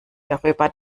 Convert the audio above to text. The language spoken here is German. darüber